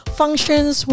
functions